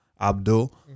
Abdul